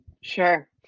Sure